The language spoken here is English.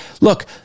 look